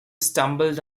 stumbled